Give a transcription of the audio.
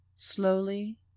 slowly